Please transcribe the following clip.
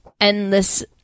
endless